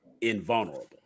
invulnerable